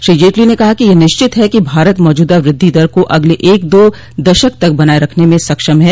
श्री जेटली ने कहा कि यह निश्चित है कि भारत मौजूदा वृद्धि दर को अगले एक दो दशक तक बनाये रखने में सक्षम है